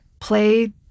play